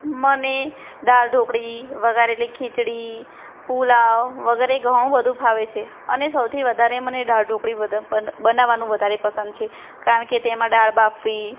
મને દાળ ઢોકળી વઘારેલી ખીચડી પુલાવ વગેરે ઘણું બધું ફાવે છે અને સૌથી વધારે મને દાળ ઢોકળી બનાવવાનું વધારે પસંદ છે કારણ કે તેમાં દાળ બાફી